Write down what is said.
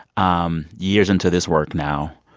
um years into this work now,